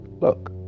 Look